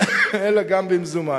אלא גם במזומן.